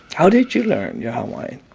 how did you learn your hawaiian?